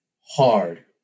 Hard